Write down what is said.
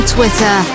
Twitter